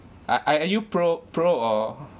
are are are you pro pro or